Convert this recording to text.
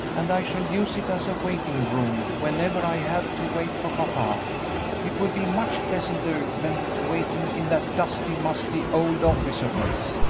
and i shall use it as a waiting-room whenever i have to wait for papa it will be much pleasanter than waiting in that dusty, musty old office of his.